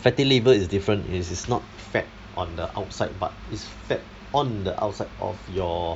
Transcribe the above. fatty liver is different it is not fat on the outside but it's fat on the outside of your